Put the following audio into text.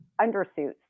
undersuits